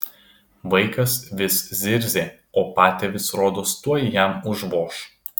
vaikas vis zirzė o patėvis rodos tuoj jam užvoš